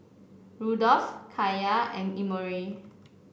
Rudolph Kaiya and Emory